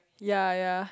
yea yea